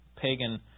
Pagan